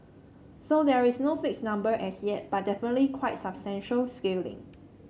so there is no fixed number as yet but definitely quite substantial scaling